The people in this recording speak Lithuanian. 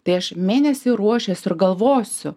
tai aš mėnesį ruošiuos ir galvosiu